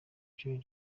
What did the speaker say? dee